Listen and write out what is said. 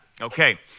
Okay